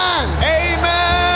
Amen